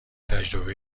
تجربه